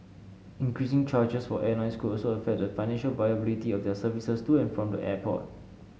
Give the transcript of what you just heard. increasing charges for airlines could also affect the financial viability of their services to and from the airport